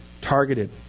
targeted